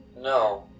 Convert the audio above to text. No